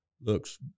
looks